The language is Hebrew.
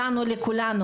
לנו זה אומר לכולנו.